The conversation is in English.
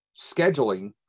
scheduling